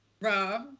Rob